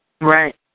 Right